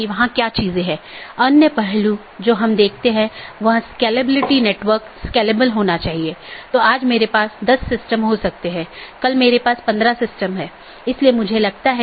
और यह बैकबोन क्षेत्र या बैकबोन राउटर इन संपूर्ण ऑटॉनमस सिस्टमों के बारे में जानकारी इकट्ठा करता है